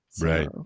Right